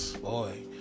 Boy